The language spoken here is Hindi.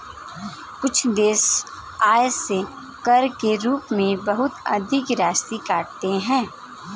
कुछ देश आय से कर के रूप में बहुत अधिक राशि काटते हैं